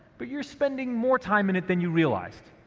but you're spending more time in it than you realize.